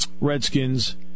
Redskins